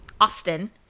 Austin